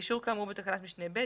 על אף האמור בתקנת משנה (א),